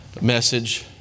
message